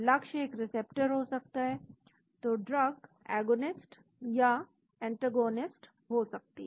लक्ष्य एक रिसेप्टर हो सकता है तो ड्रग एगोनिस्ट या ऐन्टैगनिस्ट हो सकती है